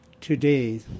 today